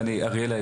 אריאלה,